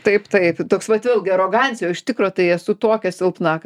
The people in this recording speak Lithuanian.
taip taip toks vat vėlgi arogancija o iš tikro tai esu tokia silpna